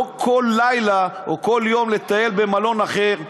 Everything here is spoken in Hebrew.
ולא כל לילה או כל יום לטייל במלון אחר,